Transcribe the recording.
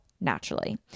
naturally